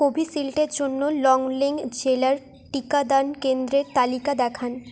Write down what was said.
কোভিশিল্ডের জন্য লংলিং জেলার টিকাদান কেন্দ্রের তালিকা দেখান